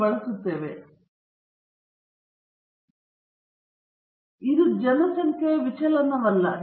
ಆದ್ದರಿಂದ ಚಿತ್ರವನ್ನು ಮತ್ತೆ ಬರುವ ಸ್ವಾತಂತ್ರ್ಯದ ಹಂತಗಳನ್ನು ನೀವು ನೋಡಬಹುದು ರು ಮಾದರಿ ವಿಚಲನವಾಗಿದೆ ಇದು ಜನಸಂಖ್ಯೆಯ ವಿಚಲನವಲ್ಲ